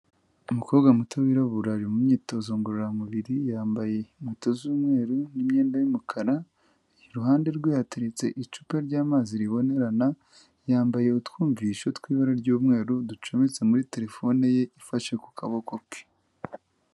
Umukobwa muto wirabura ari mu myitozo ngororamubiri, yambaye inkweto z'umweru n'imyenda y'umukara, iruhande rwe hateretse icupa ry'amazi ribonerana, yambaye utwumvisho tw'ibara ry'umweru ducometse muri telefone ye ifashe ku kaboko ke.